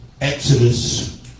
Exodus